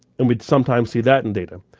and we sometimes see that in data.